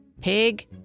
Pig